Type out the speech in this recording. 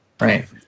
right